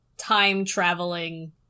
time-traveling